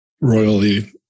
royally